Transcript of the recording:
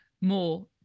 more